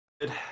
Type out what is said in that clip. Good